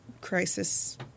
crisis